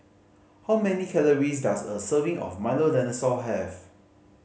how many calories does a serving of Milo Dinosaur have